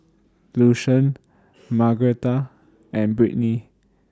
Lucien Margaretha and Brittney